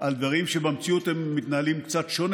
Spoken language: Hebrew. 108 ילדים שעוברים התעללות,